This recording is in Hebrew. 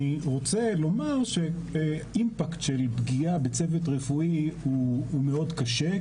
אני רוצה לומר שאימפקט של פגיעה בצוות רפואי הוא מאוד קשה,